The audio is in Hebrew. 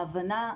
ההבנה,